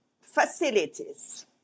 facilities